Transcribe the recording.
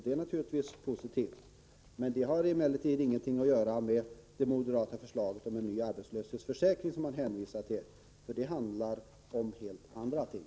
Det är naturligt vis positivt, men det har ingenting att göra med det moderata förslaget om en ny arbetslöshetsförsäkring, som man hänvisar till. Detta handlar om helt andra ting.